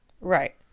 Right